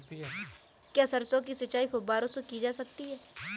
क्या सरसों की सिंचाई फुब्बारों से की जा सकती है?